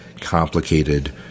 complicated